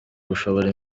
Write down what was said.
gushora